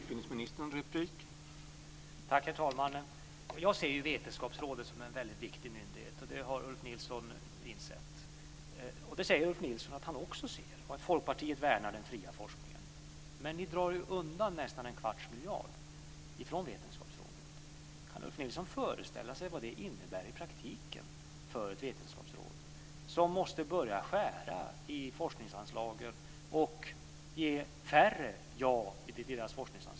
Herr talman! Jag ser Vetenskapsrådet som en väldigt viktig myndighet. Det har Ulf Nilsson insett. Ulf Nilsson säger att han också ser Vetenskapsrådet som en viktig myndighet och att Folkpartiet värnar den fria forskningen. Men ni drar ju undan nästan en kvarts miljard från Vetenskapsrådet. Kan Ulf Nilsson föreställa sig vad det innebär i praktiken för ett vetenskapsråd som måste börja skära i forskningsanslagen och ge färre ja till forskningsansökningar?